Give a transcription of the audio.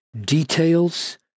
details